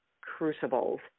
crucibles